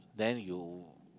then you